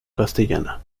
castellana